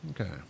Okay